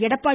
Edappadi